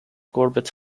corbett